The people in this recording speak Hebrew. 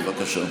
בבקשה.